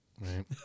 right